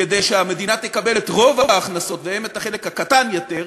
כדי שהמדינה תקבל את רוב ההכנסות והם את החלק הקטן יותר,